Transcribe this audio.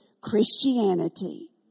Christianity